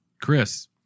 Chris